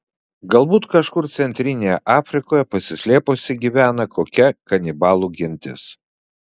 galbūt kažkur centrinėje afrikoje pasislėpusi gyvena kokia kanibalų gentis